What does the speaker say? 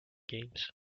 games